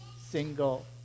single